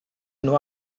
nur